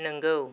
नोंगौ